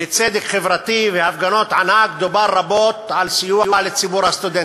לצדק חברתי והפגנות ענק דובר רבות על סיוע לציבור הסטודנטים.